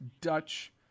Dutch